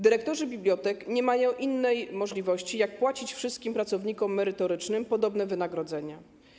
Dyrektorzy bibliotek nie mają innej możliwości, jak płacić wszystkim pracownikom merytorycznym podobne wynagrodzenia.